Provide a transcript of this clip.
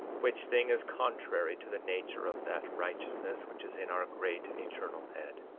which thing is contrary to the nature of that righteousness which is in our great and eternal head.